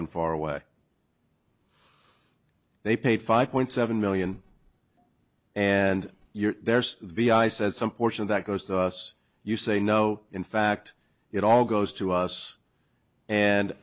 and far away they pay five point seven million and you're there's v i said some portion of that goes to us you say no in fact it all goes to us and